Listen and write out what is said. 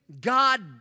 God